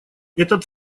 этот